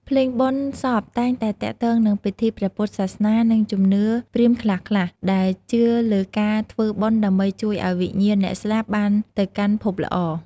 ភ្លេងបុណ្យសពតែងតែទាក់ទងនឹងពិធីព្រះពុទ្ធសាសនា និងជំនឿព្រាហ្មណ៍ខ្លះៗ ដែលជឿលើការធ្វើបុណ្យដើម្បីជួយឲ្យវិញ្ញាណអ្នកស្លាប់បានទៅកាន់ភពល្អ។